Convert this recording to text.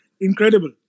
Incredible